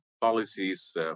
policies